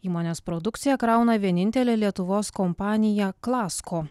įmonės produkciją krauna vienintelė lietuvos kompanija klasko